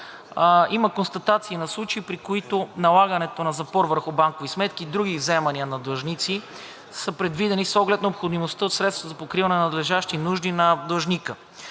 Има констатации на случаи, при които налагането на запор върху банкови сметки, други вземания на длъжници са предвидени с оглед необходимостта от средствата за подкривяне на належащи нужди на длъжника,